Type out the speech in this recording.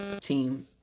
team